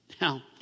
Now